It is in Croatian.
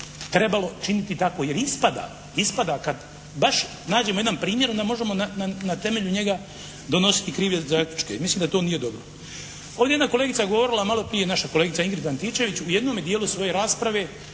trebalo činiti tako, jer ispada kad baš nađemo jedan primjer onda možemo na temelju njega donositi krive zaključke i mislim da to nije dobro. Ovdje je jedna kolegica govorila maloprije, naša kolegica Ingrid Antičević u jednome dijelu svoje rasprave